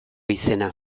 izena